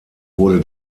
wurde